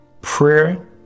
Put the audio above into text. Prayer